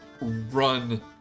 run